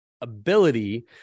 ability